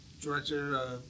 Director